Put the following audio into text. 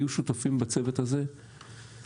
בצוות הזה היו שותפים,